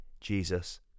Jesus